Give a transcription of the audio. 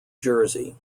jersey